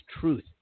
truth